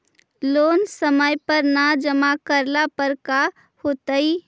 Loan समय पर न जमा करला पर का होतइ?